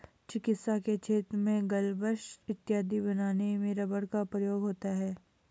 चिकित्सा के क्षेत्र में ग्लब्स इत्यादि बनाने में रबर का प्रयोग होता है